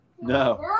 No